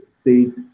state